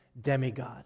demigod